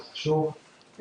זה חשוב,